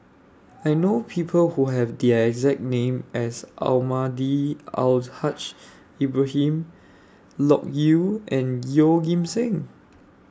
I know People Who Have The exact name as Almahdi Al Haj Ibrahim Loke Yew and Yeoh Ghim Seng